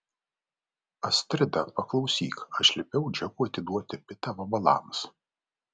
astrida paklausyk aš liepiau džekui atiduoti pitą vabalams